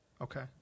Okay